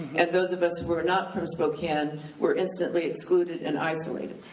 and those of us who are not from spokane were instantly excluded and isolated.